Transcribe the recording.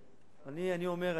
אני אומר,